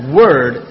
word